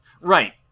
Right